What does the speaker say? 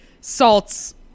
salt's